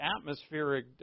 atmospheric